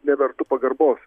nevertu pagarbos